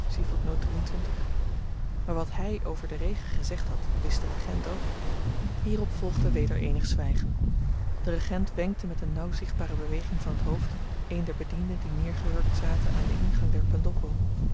maar wat hy over den regen gezegd had wist de regent ook hierop volgde weder eenig zwygen de regent wenkte met een nauw zichtbare beweging van t hoofd een der bedienden die neergehurkt zaten aan den ingang der